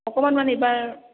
অকণমান এইবাৰ